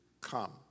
come